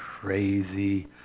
crazy